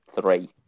three